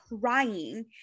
crying